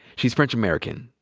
she's french american.